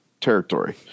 territory